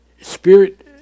spirit